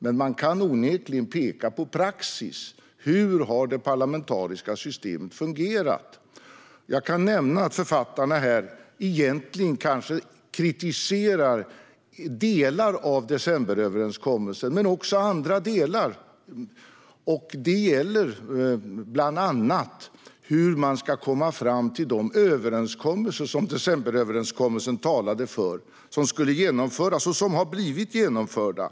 Men man kan onekligen peka på praxis; hur har det parlamentariska systemet fungerat? Jag kan nämna att författarna egentligen kanske kritiserar delar av decemberöverenskommelsen. Det finns dock även andra delar. Det gäller bland annat hur man ska komma fram till de överenskommelser som decemberöverenskommelsen talade för, som skulle genomföras och som har blivit genomförda.